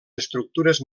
estructures